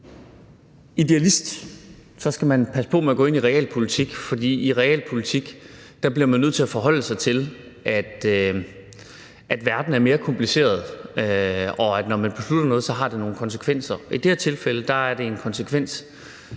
idealist, skal passe på med at gå ind i realpolitik, for i realpolitik bliver man nødt til at forholde sig til, at verden er mere kompliceret, og at det, når man beslutter noget, har nogle konsekvenser. I det her tilfælde er det en konsekvens,